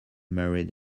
married